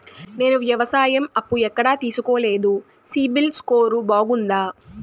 నేను వ్యవసాయం అప్పు ఎక్కడ తీసుకోలేదు, సిబిల్ స్కోరు బాగుందా?